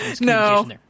No